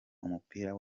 umupira